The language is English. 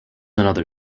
another